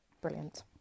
brilliant